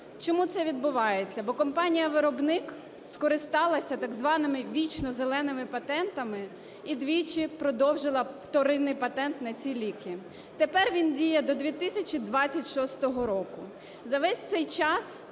Чому це відбувається? Бо компанія-виробник скористалася так званими "вічнозеленими патентами" і двічі продовжила вторинний патент на ці ліки. Тепер він діє до 2026 року. За весь цей час